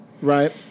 right